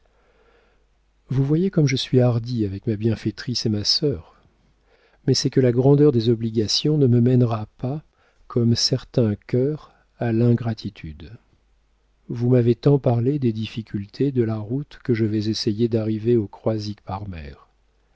vous voyez comme je suis hardie avec ma bienfaitrice et ma sœur mais c'est que la grandeur des obligations ne me mènera pas comme certains cœurs à l'ingratitude vous m'avez tant parlé des difficultés de la route que je vais essayer d'arriver au croisic par mer